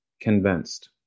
convinced